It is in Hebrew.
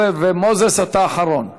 אחריו, חבר הכנסת מוזס, אחרון הדוברים.